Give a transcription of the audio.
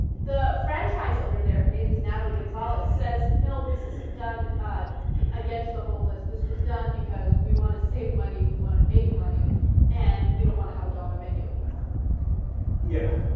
franchise owner there her name is natalie gonzales says no this isn't done ah. the against the homeless this was done because we want to save money we wanna make money and we don't want to have a dollar menu anymore yeah